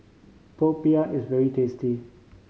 popiah is very tasty